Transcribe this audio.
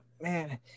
Man